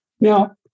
Now